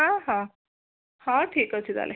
ହଁ ହଁ ହଁ ଠିକ୍ଅଛି ତାହେଲେ